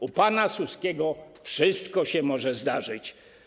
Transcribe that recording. U pana Suskiego wszystko się może zdarzyć.